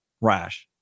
rash